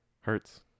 hurts